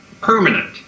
permanent